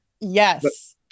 Yes